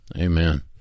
amen